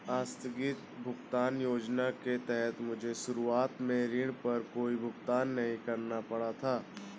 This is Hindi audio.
आस्थगित भुगतान योजना के तहत मुझे शुरुआत में ऋण पर कोई भुगतान नहीं करना पड़ा था